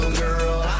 girl